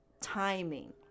timing